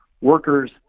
workers